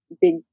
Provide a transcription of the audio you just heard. big